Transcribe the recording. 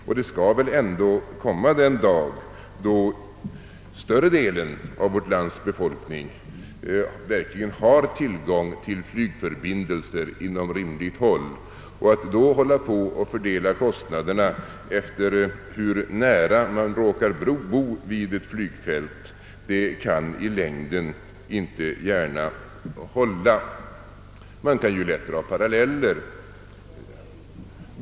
Den dag skall väl komma, då större delen av vårt lands befolkning verkligen har tillgång till flygförbindelser på rimligt avstånd. Det kan då inte vara rimligt att fördela kostnaderna på medborgarna i förhållande till hur långt deras bostad ligger från flygplatsen. Man kan lätt dra paralleller.